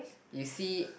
you see